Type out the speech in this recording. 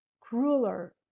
crueler